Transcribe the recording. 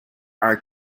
are